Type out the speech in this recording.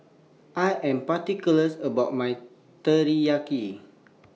I Am particular about My Teriyaki